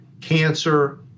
cancer